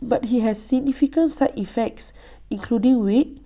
but IT has significant side effects including weight